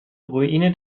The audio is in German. ruine